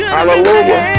Hallelujah